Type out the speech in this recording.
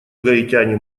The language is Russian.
гаитяне